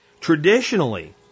Traditionally